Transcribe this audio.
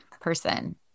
person